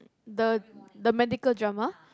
the the medical drama